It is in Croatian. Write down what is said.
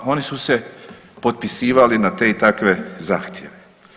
Oni su se potpisivali na te i takve zahtjeve.